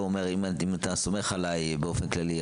ואומר: אם אתה סומך עלי באופן כללי,